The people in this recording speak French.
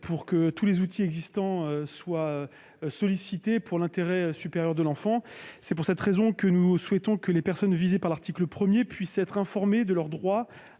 afin que tous les outils existants soient sollicités, dans l'intérêt supérieur de l'enfant. C'est la raison pour laquelle nous souhaitons que les personnes visées par l'article 1 puissent être informées de leur droit